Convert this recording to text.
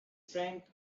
franc